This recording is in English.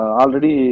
already